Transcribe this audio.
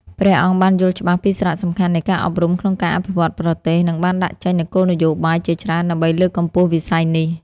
ព្រះអង្គបានយល់ច្បាស់ពីសារៈសំខាន់នៃការអប់រំក្នុងការអភិវឌ្ឍប្រទេស និងបានដាក់ចេញនូវគោលនយោបាយជាច្រើនដើម្បីលើកកម្ពស់វិស័យនេះ។